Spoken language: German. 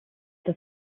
das